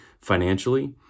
financially